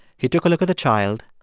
he took a look at the child,